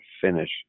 finish